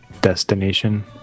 destination